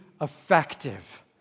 effective